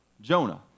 Jonah